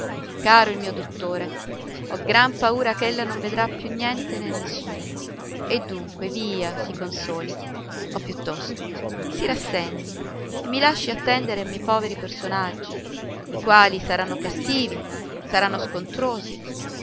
caro il mio dottore ho gran paura ch'ella non vedrà più niente né nessuno e dunque via si consoli o piuttosto si rassegni e mi lasci attendere a miei poveri personaggi i quali saranno cattivi saranno scontrosi